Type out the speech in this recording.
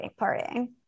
partying